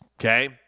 okay